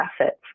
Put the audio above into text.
assets